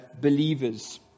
believers